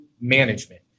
management